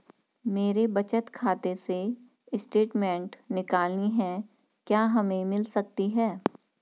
मेरे बचत खाते से स्टेटमेंट निकालनी है क्या हमें मिल सकती है?